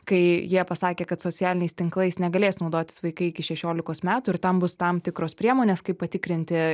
kai jie pasakė kad socialiniais tinklais negalės naudotis vaikai iki šešiolikos metų ir tam bus tam tikros priemonės kaip patikrinti